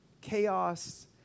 chaos